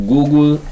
Google